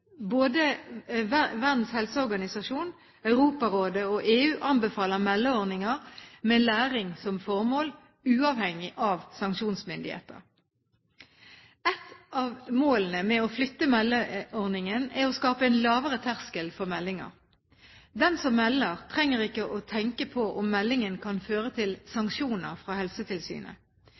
Både Verdens Helseorganisasjon, Europarådet og EU anbefaler meldeordninger med læring som formål, uavhengig av sanksjonsmyndigheter. Et av målene med å flytte meldeordningen er å skape en lavere terskel for meldinger. Den som melder, trenger ikke å tenke på om meldingen kan føre til sanksjoner fra Helsetilsynet.